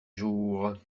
jour